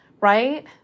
Right